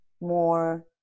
more